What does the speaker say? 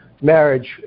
marriage